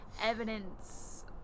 evidence